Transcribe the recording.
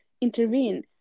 intervene